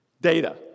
Data